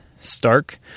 stark